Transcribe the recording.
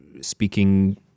speaking